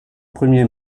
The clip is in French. premier